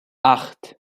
acht